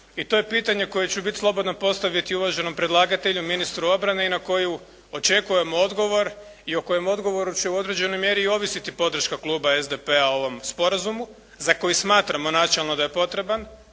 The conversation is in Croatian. i to je pitanje koje ću bit slobodan postaviti uvaženom predlagatelju ministru obrane i na koju očekujem odgovor i o kojem odgovoru će u određenoj mjeri i ovisiti podrška kluba SDP-a ovom sporazumu za koji smatramo načelno da je potreban,